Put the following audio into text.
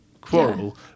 quarrel